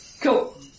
Cool